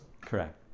Correct